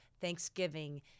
Thanksgiving